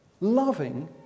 loving